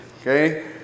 okay